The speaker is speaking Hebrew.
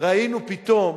ראינו פתאום,